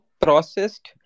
processed